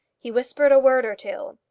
he whispered a word or two.